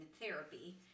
therapy